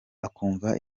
akumva